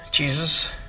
Jesus